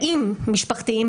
תאים משפחתיים,